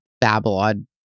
Babylon